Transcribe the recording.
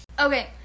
okay